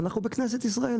אנחנו בכנסת ישראל.